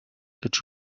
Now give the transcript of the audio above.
that